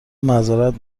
معذرت